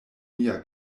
mia